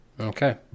Okay